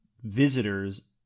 visitors